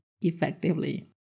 effectively